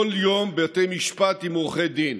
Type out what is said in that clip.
כל יום בתי משפט עם עורכי דין,